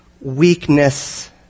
weakness